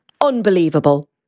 unbelievable